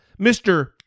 Mr